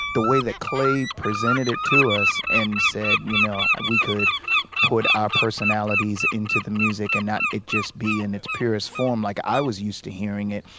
the way that clay presented it to us and said, you know, we could put our personalities into the music and not it just be in its purest form, like i was used to hearing it.